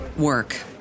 work